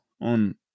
on